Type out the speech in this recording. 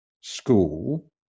school